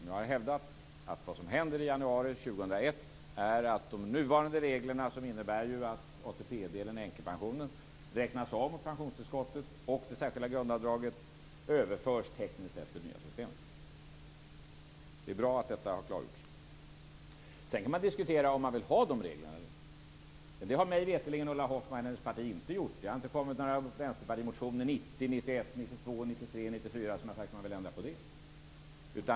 Jag har hävdat att det som händer i januari 2001 är att de nuvarande reglerna, som ju innebär att ATP-delen i änkepensionen räknas av på pensionstillskottet och det särskilda grundavdraget tekniskt sett överförs till det nya systemet. Det är bra att detta har klargjorts. Sedan kan man diskutera om man vill ha de reglerna eller inte, men det har mig veterligen Ulla Hoffmann och hennes parti inte gjort. Det kom inga 1994 där man sade att man vill ändra på det.